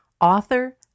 author